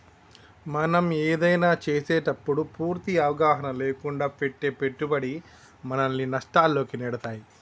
మనం ఏదైనా చేసేటప్పుడు పూర్తి అవగాహన లేకుండా పెట్టే పెట్టుబడి మనల్ని నష్టాల్లోకి నెడతాయి